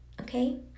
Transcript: okay